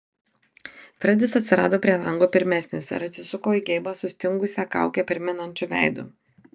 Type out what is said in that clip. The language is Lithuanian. fredis atsirado prie lango pirmesnis ir atsisuko į geibą sustingusią kaukę primenančiu veidu